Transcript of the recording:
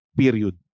period